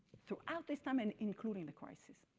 throughout this time, and including the crisis.